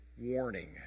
warning